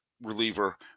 reliever